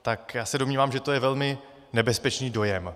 Tak já se domnívám, že to je velmi nebezpečný dojem.